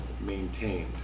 maintained